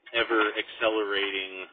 ever-accelerating